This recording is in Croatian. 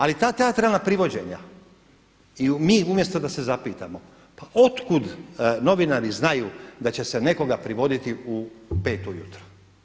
Ali ta teatralna privođenja i mi umjesto da se zapitamo pa otkud novinari znaju da će se nekoga privoditi u 5 ujutro?